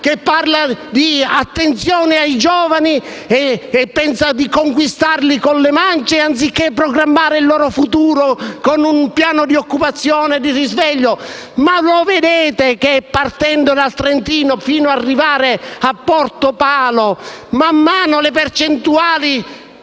che parla di attenzione ai giovani e pensa di conquistarli con le mance anziché programmare il loro futuro con un piano di occupazione e di risveglio. Non vedete che, partendo dal Trentino fino ad arrivare a Portopalo, le percentuali